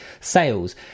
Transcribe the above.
sales